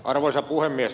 arvoisa puhemies